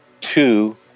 two